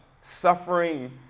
suffering